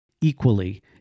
equally